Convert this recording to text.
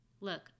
Look